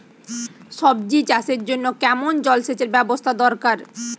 সবজি চাষের জন্য কেমন জলসেচের ব্যাবস্থা দরকার?